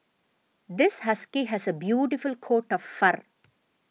this husky has a beautiful coat of fur